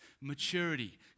maturity